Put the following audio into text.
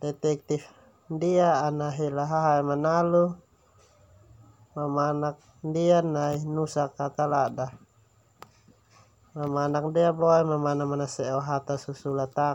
Detektif ndia ana hela hahae manalu, mamanak ndia nai nusa ina talada, mamanak ndia boe mamana manase'o hata susula ta.